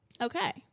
Okay